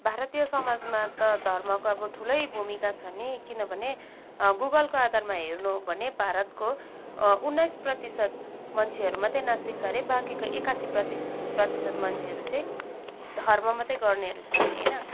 भारतीय समाजमा त धर्मको अब ठुलै भूमिका छ नि किनभने गुगलको आधारमा हेर्नु हो भने भारतको उन्नाइस प्रतिशत मान्छेहरू मात्रै नास्तिक छ हरे बाँकीको एकासी प्रति प्रतिशत मान्छेहरू चाहिँ धर्म मात्रै गर्नेहरू छ हरे होइन